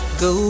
go